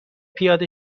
پیاده